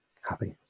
happy